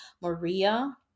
Maria